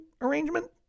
arrangement